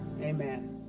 amen